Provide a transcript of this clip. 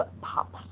pop